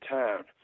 town